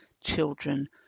children